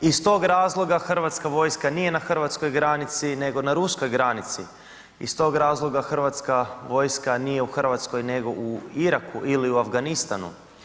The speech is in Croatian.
Iz tog razloga Hrvatska vojska nije na hrvatskoj granici nego na ruskoj granici, iz tog razloga Hrvatska vojska nije u Hrvatskoj nego u Iraku ili u Afganistanu.